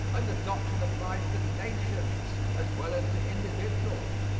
and the doctrine applies to nations as well as to individuals.